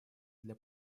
для